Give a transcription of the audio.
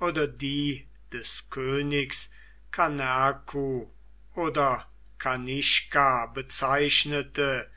oder die des königs kanerku oder kanischka bezeichnete